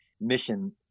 mission